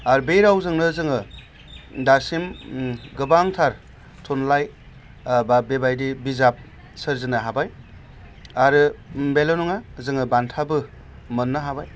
आरो बे रावजोंनो जोङो दासिम गोबांथार थुनलाइ बा बेबायदि बिजाब सोरजिनो हाबाय आरो बेल' नङा जोङो बान्थाबो मोननो हाबाय